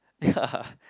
ya